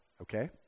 okay